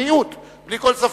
מיעוט, בלי כל ספק.